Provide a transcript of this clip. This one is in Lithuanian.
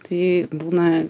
tai būna